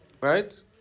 Right